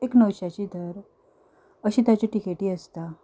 एक णवश्याची धर अश्यो ताज्यो टिकेटी आसता